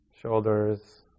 shoulders